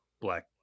Black